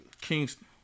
Kingston